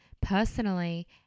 personally